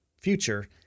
future